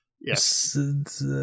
Yes